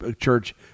church